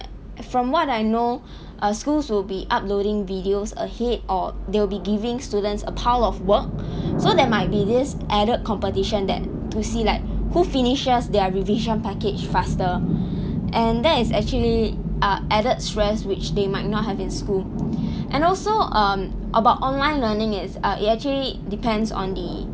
from what I know uh schools will be uploading videos ahead or they'll be giving students a pile of work so that might be this added competition that to see like who finishes their revision package faster and that is actually uh added stress which they might not have in school and also um about online learning is uh it actually depends on the